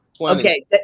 Okay